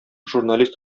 журналист